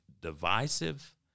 divisive